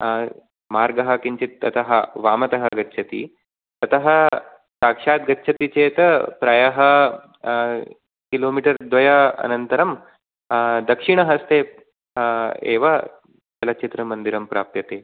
मार्गः किञ्चित् ततः वामतः गच्छति ततः साक्षात् गच्छति चेत् प्रायः किलो मीटर् द्वयानन्तरं दक्षिणहस्ते एव चलचित्रमन्दिरं प्राप्यते